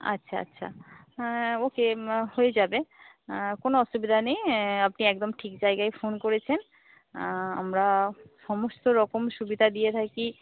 আচ্ছা আচ্ছা হ্যাঁ ওকে হয়ে যাবে কোনো অসুবিধা নেই আপনি একদম ঠিক জায়গায় ফোন করেছেন আমরা সমস্তরকম সুবিধা দিয়ে থাকি